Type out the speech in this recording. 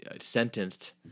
sentenced